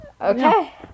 Okay